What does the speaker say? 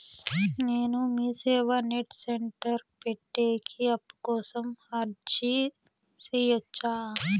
నేను MeeSeva net centre పెట్టేకి అప్పు కోసం అర్జీ సేయొచ్చా?